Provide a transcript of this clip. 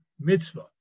mitzvah